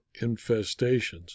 infestations